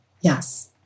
yes